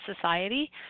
society